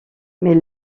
mais